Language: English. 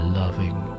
loving